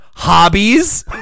Hobbies